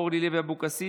אורלי לוי אבקסיס,